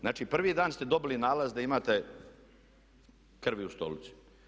Znači prvi dan ste dobili nalaz da imate krvi u stolici.